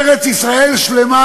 ארץ-ישראל שלמה